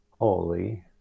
holy